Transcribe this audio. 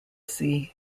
sea